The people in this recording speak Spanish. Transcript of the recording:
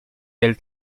del